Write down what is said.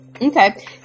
Okay